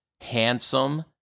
handsome